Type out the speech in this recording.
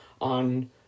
on